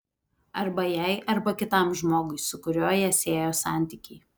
arba jai arba kitam žmogui su kuriuo ją siejo santykiai